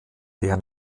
der